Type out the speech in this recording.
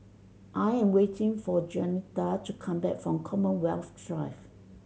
I am waiting for Juanita to come back from Commonwealth Drive